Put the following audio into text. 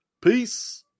Peace